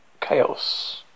chaos